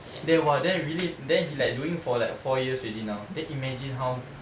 then !wah! then really then he like doing for like four years already now then imagine how